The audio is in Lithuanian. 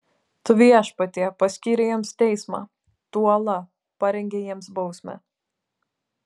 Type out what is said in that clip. tu viešpatie paskyrei jiems teismą tu uola parengei jiems bausmę